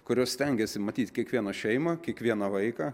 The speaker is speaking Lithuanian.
kurios stengiasi matyt kiekvieną šeimą kiekvieną vaiką